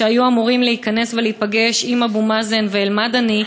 שהיו אמורים להיכנס ולהיפגש עם אבו מאזן ואל-מדני,